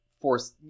force